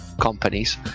companies